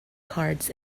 cards